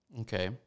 okay